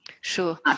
sure